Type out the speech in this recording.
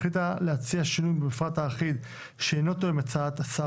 החליטה להציע שינוי במפרט האחיד שאינו תואם הצעת השר